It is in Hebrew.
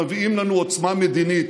מביאות לנו עוצמה מדינית.